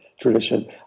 tradition